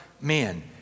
men